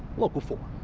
local four.